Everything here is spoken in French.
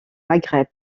maghreb